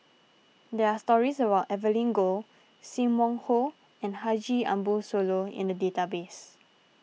there are stories about Evelyn Goh Sim Wong Hoo and Haji Ambo Sooloh in the database